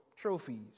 trophies